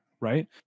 right